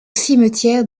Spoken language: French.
cimetière